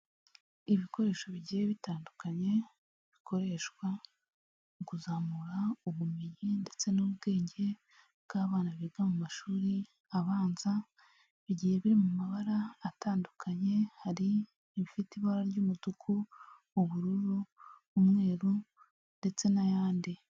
Ibikoresho bigiye bitandukanye bikoreshwa mu kuzamura ubumenyi ndetse n'ubwenge bw'abana biga mu mashuri abanza, bigiye biri mu mabara atandukanye hari ibifite ibara ry'umutuku, ubururu, umweru ndetse n'ayandi.